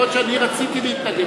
יכול להיות שאני רציתי להתנגד,